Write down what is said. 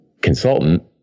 consultant